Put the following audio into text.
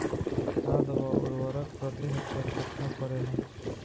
खाद व उर्वरक प्रति हेक्टेयर केतना परेला?